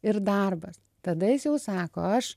ir darbas tada jis jau sako aš